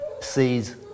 sees